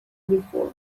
before